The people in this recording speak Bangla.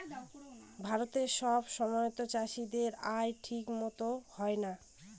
ভারতে সব সময়তো চাষীদের আয় ঠিক মতো হয় না